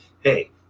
hey